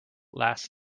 last